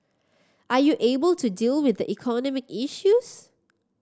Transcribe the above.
are you able to deal with the economic issues